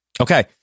Okay